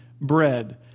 bread